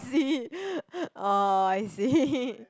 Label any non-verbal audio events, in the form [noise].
see [laughs] oh I see